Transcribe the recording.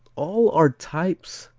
all are types,